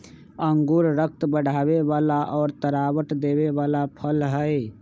अंगूर रक्त बढ़ावे वाला और तरावट देवे वाला फल हई